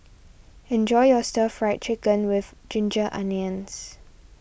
enjoy your Stir Fried Chicken with Ginger Onions